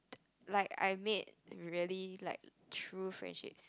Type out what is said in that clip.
like I made really like true friendships